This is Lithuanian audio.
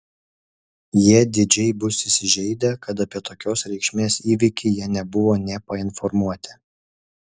jie didžiai bus įsižeidę kad apie tokios reikšmės įvykį jie nebuvo nė painformuoti